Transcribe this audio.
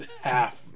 half